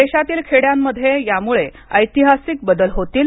देशातील खेड्यांमध्ये यामुळे ऐतिहासिक बदल होतील